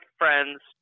friends